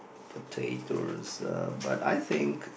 potatoes uh but I think